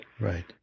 Right